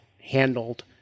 handled